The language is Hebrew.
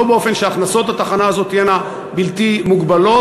לא באופן שהכנסות התחנה הזאת תהיינה בלתי מוגבלות.